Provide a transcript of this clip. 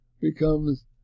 becomes